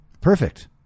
Perfect